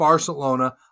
Barcelona